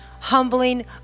Humbling